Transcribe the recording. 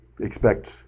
expect